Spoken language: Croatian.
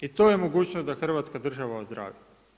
I to je mogućnost da Hrvatska država odradi.